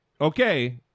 Okay